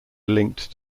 linked